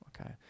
okay